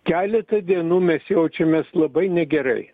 keletą dienų mes jaučiamės labai negerai